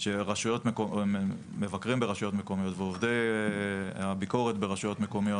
ושמבקרים ועובדי הביקורת ברשויות מקומיות